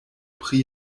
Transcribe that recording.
pri